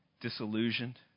disillusioned